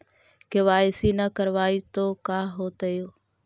KYC न करवाई तो का हाओतै?